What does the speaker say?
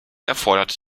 erfordert